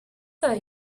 for